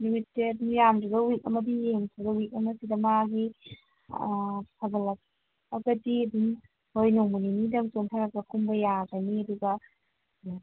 ꯅꯨꯃꯤꯠꯁꯦ ꯑꯗꯨꯝ ꯌꯥꯝꯗꯕꯤꯗ ꯋꯤꯛ ꯑꯃꯗꯤ ꯌꯦꯡꯈꯤꯁꯦ ꯑꯗꯣ ꯋꯤꯛ ꯑꯃꯁꯤꯗ ꯃꯥꯒꯤ ꯐꯒꯠꯂꯛꯑꯒꯗꯤ ꯑꯗꯨꯝ ꯍꯣꯏ ꯅꯣꯡꯃ ꯅꯤꯅꯤꯗꯪ ꯆꯣꯟꯊꯔꯒ ꯀꯨꯝꯕ ꯌꯥꯒꯅꯤ ꯑꯗꯨꯒ ꯎꯝ